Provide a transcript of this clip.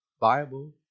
Bible